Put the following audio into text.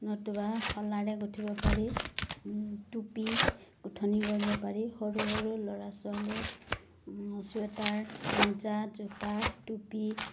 নতুবা শলাৰে গাঁঠিব পাৰি টুপি গোঁঠনি কৰিব পাৰি সৰু সৰু ল'ৰা ছোৱালীৰ চুৱেটাৰ মোজা জোতা টুপি